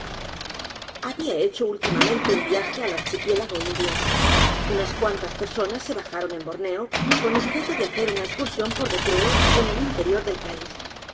había hecho últimamente un viaje al archipiélago indio unas cuantas personas se bajaron en borneo con objeto de hacer una excursión por recreo en el interior del país